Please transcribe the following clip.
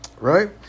Right